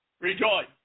rejoice